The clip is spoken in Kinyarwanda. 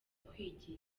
kwigira